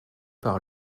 par